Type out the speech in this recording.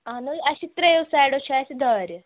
اَہَن حظ اَسہِ چھِ ترٛیَو سایڈَو چھِ اَسہِ دارِ